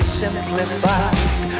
simplified